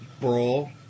Brawl